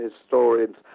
historians